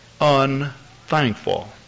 unthankful